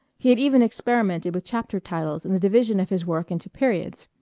he had even experimented with chapter titles and the division of his work into periods,